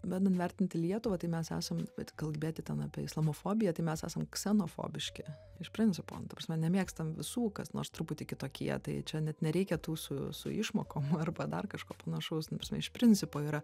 bandant vertinti lietuvą tai mes esam vat kalbėti ten apie islamofobiją tai mes esam ksenofobiški iš principo nu ta prasme nemėgstam visų kas nors truputį kitokie tai čia net nereikia tų su su išmokom arba dar kažko panašaus nu ta prasme iš principo yra